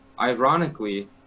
ironically